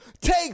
take